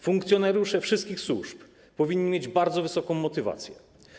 Funkcjonariusze wszystkich służb powinni mieć bardzo wysoką motywację.